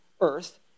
earth